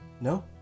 No